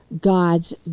God's